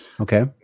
Okay